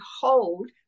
hold